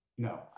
No